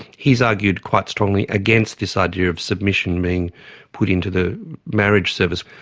he's argued quite strongly against this idea of submission being put into the marriage service,